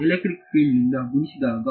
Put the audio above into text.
electric ಫೀಲ್ಡ್ದಿಂದ ಗುಣಿಸಿದಾಗ